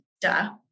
Duh